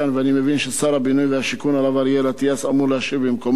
ואני מבין ששר הבינוי והשיכון הרב אריאל אטיאס אמור להשיב במקומו,